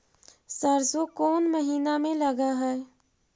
सरसों कोन महिना में लग है?